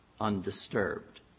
undisturbed